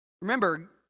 Remember